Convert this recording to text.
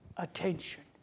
attention